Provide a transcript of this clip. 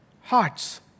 hearts